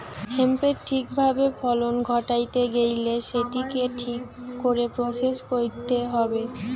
হেম্পের ঠিক ভাবে ফলন ঘটাইতে গেইলে সেটিকে ঠিক করে প্রসেস কইরতে হবে